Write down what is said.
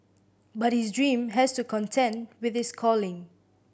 but his dream has to contend with his calling